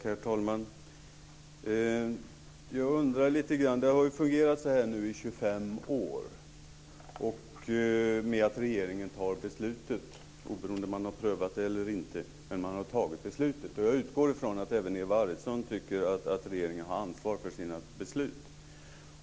Herr talman! Jag undrar lite grann, det har fungerat på det sättet i 25 år att regeringen fattat beslutet. Oberoende av om man har prövat förslaget eller inte har man fattat beslutet. Jag utgår från att även Eva Arvidsson tycker att regeringen har ansvar för sina beslut.